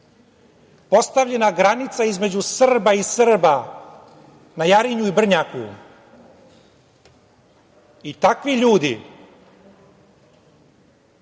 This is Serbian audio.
postavljena granica između Srba i Srba na Jarinju i Brnjaku, i takvi ljudi